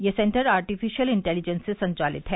यह centre artificial intelligence से संचालित है